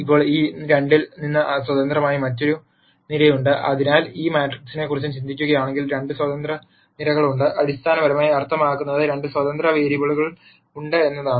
ഇപ്പോൾ ഈ രണ്ടിൽ നിന്ന് സ്വതന്ത്രമായ മറ്റൊരു നിരയുണ്ട് അതിനാൽ ഈ മാട്രിക്സിനെക്കുറിച്ച് ചിന്തിക്കുകയാണെങ്കിൽ 2 സ്വതന്ത്ര നിരകളുണ്ട് അടിസ്ഥാനപരമായി അർത്ഥമാക്കുന്നത് 2 സ്വതന്ത്ര വേരിയബിളുകൾ ഉണ്ട് എന്നാണ്